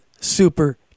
super